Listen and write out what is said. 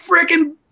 freaking